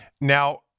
Now